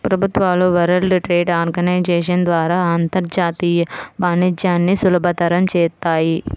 ప్రభుత్వాలు World Trade Organisation ద్వారా అంతర్జాతీయ వాణిజ్యాన్ని సులభతరం చేత్తాయి